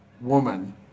woman